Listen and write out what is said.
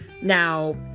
Now